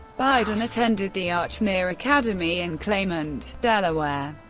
biden attended the archmere academy in claymont, delaware,